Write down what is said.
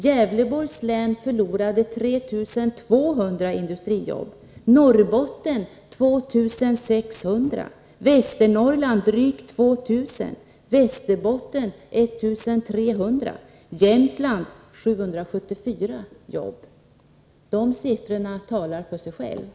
Gävleborgs län förlorade 3 200 industrijobb, Norrbotten 2 600, Västernorrland drygt 2 000, Västerbotten 1 300 och Jämtland 774 jobb. De siffrorna talar för sig själva.